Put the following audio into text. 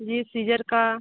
जी Caesar का